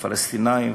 הפלסטינים,